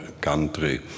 country